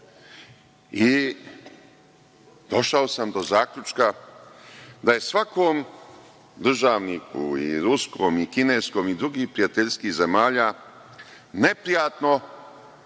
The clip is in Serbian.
Došao sam do zaključka da je svakom državniku, i ruskom i kineskom i drugih prijateljskih zemalja, neprijatno